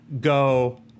go